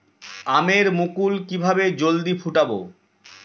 আমের মুকুল কিভাবে জলদি ফুটাব?